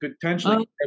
potentially